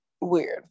Weird